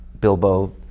Bilbo